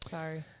Sorry